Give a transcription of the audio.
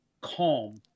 calm